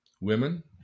Women